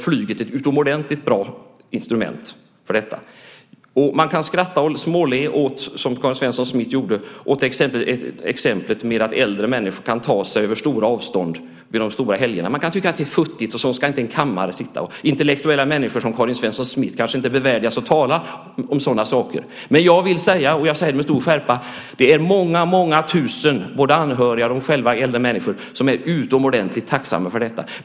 Flyget är ett utomordentligt bra instrument för detta. Man kan skratta och småle, som Karin Svensson Smith gjorde, åt exemplet med att äldre människor kan ta sig över stora avstånd vid de stora helgerna. Man kan tycka att det är futtigt; sådant ska inte en kammare sitta med. Intellektuella människor som Karin Svensson Smith kanske inte bevärdigas att tala om sådana saker. Men jag vill säga och jag säger med stor skärpa att det är många tusen, både anhöriga och äldre människor, som är utomordentligt tacksamma för detta.